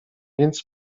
więc